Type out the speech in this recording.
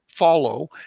Follow